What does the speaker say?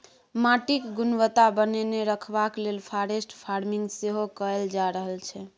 माटिक गुणवत्ता बनेने रखबाक लेल फॉरेस्ट फार्मिंग सेहो कएल जा रहल छै